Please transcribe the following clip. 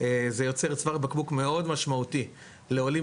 זה יוצר צוואר בקבוק מאוד משמעותי לעולים